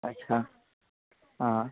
अच्छा हां